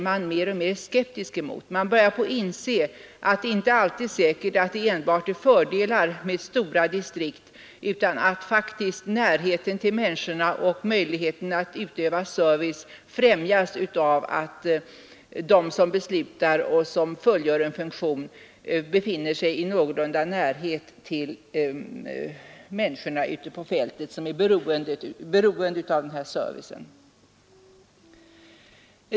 Man börjar inse att det inte alltid enbart är fördelar med stora distrikt utan att faktiskt möjligheterna att utöva service främjas av att de som beslutar och de som fullgör en funktion befinner sig någorlunda nära de människor som är beroende av denna service.